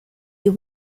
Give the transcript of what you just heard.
you